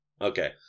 Okay